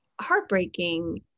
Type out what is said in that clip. heartbreaking